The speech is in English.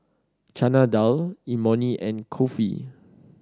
Chana Dal Imoni and Kulfi